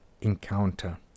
encounter